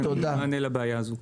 כדי לתת מענה לבעיה הזו.